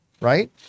Right